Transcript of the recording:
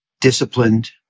disciplined